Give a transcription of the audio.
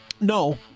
No